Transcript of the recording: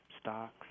stocks